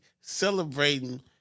celebrating